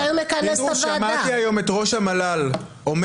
שמעתי היום את ראש המל"ל אומר